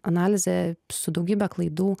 analizė su daugybe klaidų